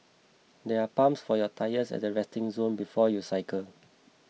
there are pumps for your tyres at the resting zone before you cycle